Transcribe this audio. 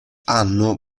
hanno